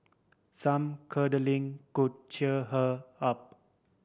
some cuddling could cheer her up